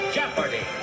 Jeopardy